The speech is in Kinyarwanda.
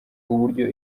uburyo